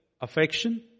affection